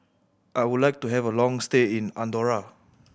I would like to have a long stay in Andorra